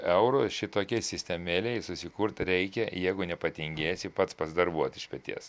eurų šitokiai sistemėlei susikurti reikia jeigu nepatingėsi pats pasidarbuot iš peties